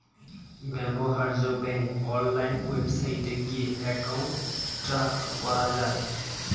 ব্যবহার্য bank online ওয়েবসাইটে গিয়ে অ্যাকাউন্ট ট্র্যাক করা যায়